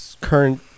current